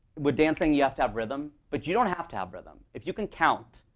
with dancing, you have to have rhythm. but you don't have to have rhythm. if you can count,